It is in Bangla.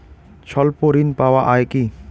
স্বল্প ঋণ পাওয়া য়ায় কি?